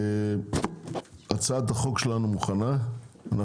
הצעת החוק שלנו מוכנה,